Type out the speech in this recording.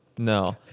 No